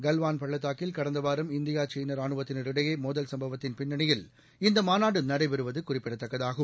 கல்வான் பள்ளத்தாக்கில் கடந்த வாரம் இந்தியா சீனா ரானுவத்தினருக்கிடையே மோதல் சம்பவத்தின் பின்னணியில் இந்த மாநாடு நடைபெறுவது குறிப்பிடத்தக்கதாகும்